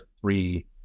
three